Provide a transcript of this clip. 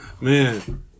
Man